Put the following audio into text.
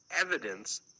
Evidence